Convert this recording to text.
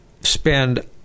spend